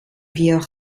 wir